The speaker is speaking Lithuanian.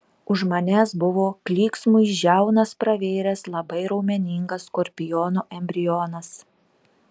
už manęs buvo klyksmui žiaunas pravėręs labai raumeningas skorpiono embrionas